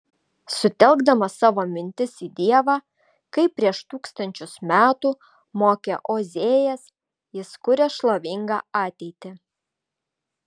sutelkdamas savo mintis į dievą kaip prieš tūkstančius metų mokė ozėjas jis kuria šlovingą ateitį